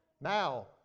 Now